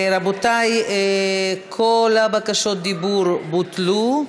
רבותי, כל בקשות הדיבור בוטלו,